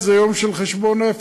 זה יום של חשבון נפש.